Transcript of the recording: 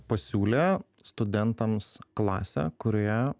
pasiūlė studentams klasę kurioje